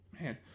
man